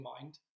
mind